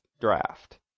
draft